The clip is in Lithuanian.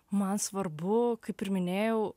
man svarbu kaip ir minėjau